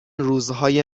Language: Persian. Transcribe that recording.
روزهای